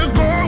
go